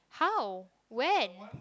how when